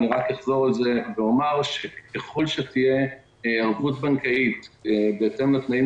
רק אחזור ואומר שככל שתהיה ערבות בנקאית בהתאם לתנאים